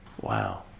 Wow